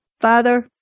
Father